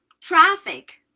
traffic